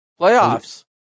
Playoffs